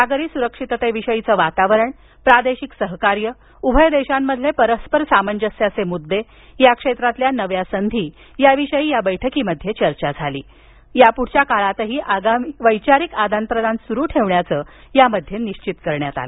सागरी सुरक्षिततेविषयीचं वातावरण प्रादेशिक सहकार्य उभय देशांमधील परस्पर सामंजस्याचे मुद्दे या क्षेत्रातील नव्या संधी या विषयी या बैठकीत चर्चा झाली या पुढील काळातहि वैचारिक आदानप्रदान सुरू ठेवण्याचं निश्चित करण्यात आलं